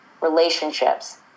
Relationships